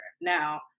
now